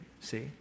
see